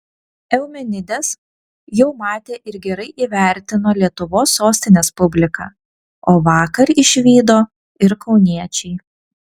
eumenides jau matė ir gerai įvertino lietuvos sostinės publika o vakar išvydo ir kauniečiai